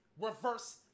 reverse